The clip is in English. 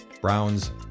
Brown's